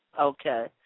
Okay